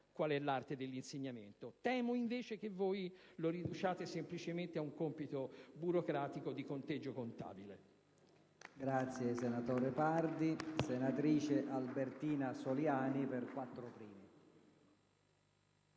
qual è l'arte dell'insegnamento, che temo invece voi riduciate semplicemente ad un compito burocratico di conteggio contabile.